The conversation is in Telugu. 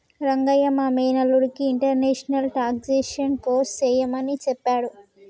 రంగయ్య మా మేనల్లుడికి ఇంటర్నేషనల్ టాక్సేషన్ కోర్స్ సెయ్యమని సెప్పాడు